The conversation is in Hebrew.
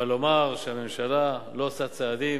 אבל לומר שהממשלה לא עושה צעדים?